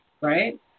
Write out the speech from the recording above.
right